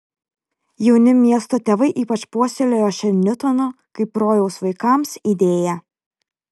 jauni miesto tėvai ypač puoselėjo šią niutono kaip rojaus vaikams idėją